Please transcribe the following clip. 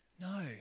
No